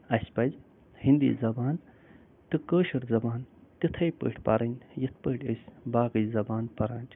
اَسہِ پزِ ہیندی زبان تہٕ کٲشِر زبان تِتھٕے پٲٹھۍ پَرٕنۍ یِتھٕ پٲٹھۍ أسۍ باقٕے زبان پَران چھِ